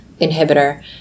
inhibitor